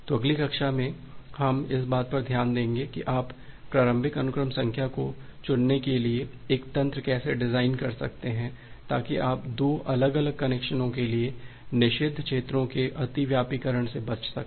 तो अगली कक्षा में हम इस बात पर ध्यान देंगे कि आप प्रारंभिक अनुक्रम संख्या को चुनने के लिए एक तंत्र कैसे डिज़ाइन कर सकते हैं ताकि आप दो अलग अलग कनेक्शनों के लिए निषिद्ध क्षेत्रों के अतिव्यापीकरण से बच सकें